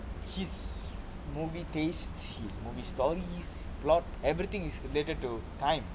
his movie taste his movie stories plot everything is related to time